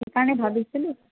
সেইকাৰণে ভাবিছিলোঁ